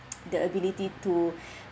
the ability to